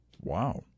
Wow